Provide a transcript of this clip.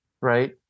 right